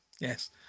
Yes